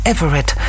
Everett